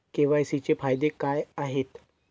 KYC चे फायदे काय आहेत?